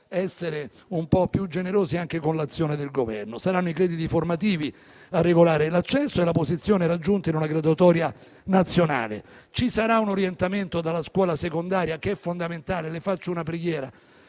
essere più generosi anche con l'azione del Governo. Saranno i crediti formativi a regolare l'accesso e la posizione raggiunta in una graduatoria nazionale. Vi sarà un orientamento dalla scuola secondaria, che è fondamentale. Signor